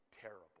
terrible